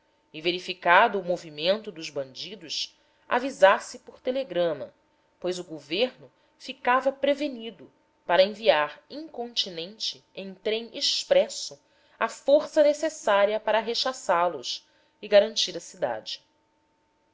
e verificado o movimento dos bandidos avisasse por telegrama pois o governo ficava prevenido para evitar incontinenti em trem expresso a força necessária para rechaçá los e garantir a cidade